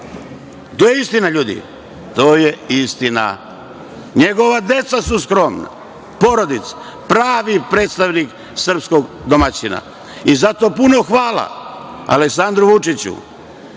da kupi tri odela. To je istina. Njegova deca su skromna, porodica. Pravi predstavnik srpskog domaćina. Zato puno hvala Aleksandru Vučiću